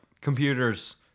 computers